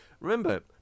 remember